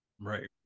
Right